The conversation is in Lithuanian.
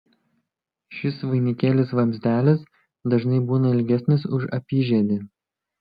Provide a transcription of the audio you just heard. šis vainikėlis vamzdelis dažnai būna ilgesnis už apyžiedį